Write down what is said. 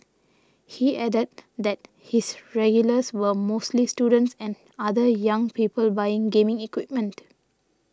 he added that his regulars were mostly students and other young people buying gaming equipment